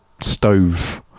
stove